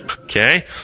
Okay